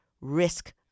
risk